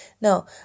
No